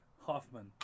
Hoffman